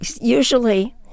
usually